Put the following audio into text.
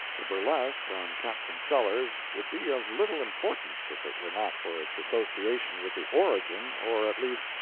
the burlesque on captain sellers would be of little importance if it were not for its association with the origin, or, at least,